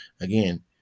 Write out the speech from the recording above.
Again